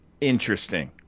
Interesting